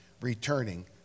returning